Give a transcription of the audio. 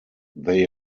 they